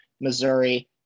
Missouri